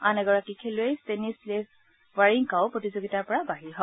আন এগৰাকী খেলুৱৈ ট্টেনিছ লেছ ৱাৰিংকাও প্ৰতিযোগিতাৰ পৰা বাহিৰ হয়